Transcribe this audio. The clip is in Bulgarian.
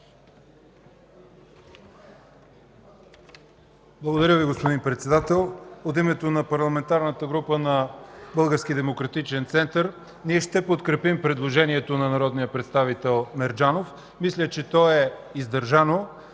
Благодаря Ви, господин Председател. От името на Парламентарната група на Български демократичен център – ние ще подкрепим предложението на народния представител Мерджанов. Мисля, че то е издържано.